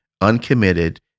uncommitted